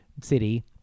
City